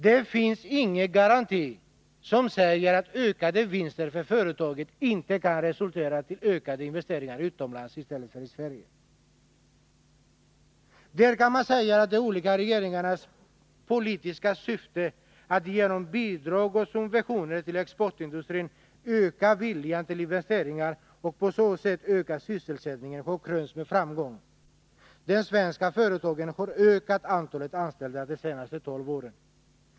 Det finns ingen garanti för att ökade företagsvinster inte skall resultera i ökade investeringar utomlands i stället för i Sverige. Där kan man säga att de olika regeringarnas politiska syfte att genom bidrag och subventioner till exportindustrin öka viljan till investeringar och på så sätt öka sysselsättningen har krönts med framgång. De svenska företagen har ökat antalet anställda under de senaste 12 åren.